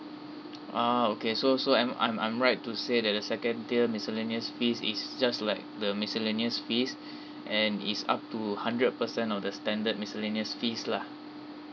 ah okay so so I'm I'm I'm right to say that the second tier miscellaneous fees is just like the miscellaneous fees and is up to hundred percent of the standard miscellaneous fees lah